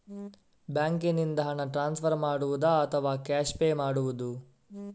ಬ್ಯಾಂಕಿನಿಂದ ಹಣ ಟ್ರಾನ್ಸ್ಫರ್ ಮಾಡುವುದ ಅಥವಾ ಕ್ಯಾಶ್ ಪೇ ಮಾಡುವುದು?